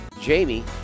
Jamie